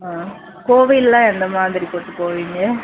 ஆ கோவிலெல்லாம் எந்த மாதிரி கூட்டு போவீங்க